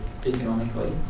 economically